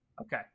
okay